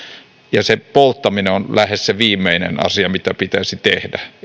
ja liittyen tähän kiertotalouteen se polttaminen on lähes viimeinen asia mitä pitäisi tehdä